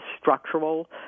structural